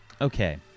okay